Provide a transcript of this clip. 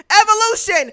Evolution